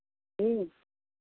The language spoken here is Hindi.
जी